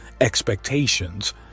expectations